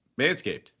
Manscaped